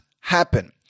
happen